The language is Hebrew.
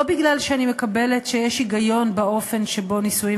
לא כי אני מקבלת שיש היגיון באופן שבו נישואין